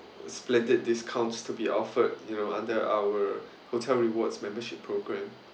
splendid discounts to be offered you know under our hotel rewards membership program